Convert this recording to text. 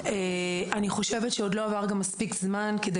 אני חושבת שעוד לא עבר מספיק זמן כדי